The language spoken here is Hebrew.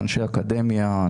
אנשי אקדמיה,